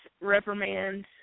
reprimand